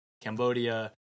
Cambodia